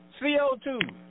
CO2